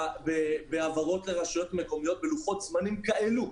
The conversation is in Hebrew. בהעברות לרשויות מקומיות בלוחות זמנים כאלה,